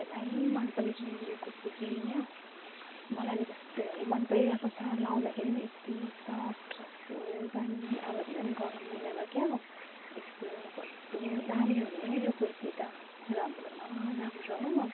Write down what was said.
सबैलाई मनपरेको यो कुर्ती चाहिँ हो मलाई पनि कस्तो मनपरिरहेको छ लगाउँदाखेरि पनि यत्ति सफ्ट कस्तो दामी अब धुँदा पनि गरम महिनामा क्या हो यस्तो कस्तो दामी हुने हो यो कुर्ती त राम्रो न राम्रो हो